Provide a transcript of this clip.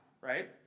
Right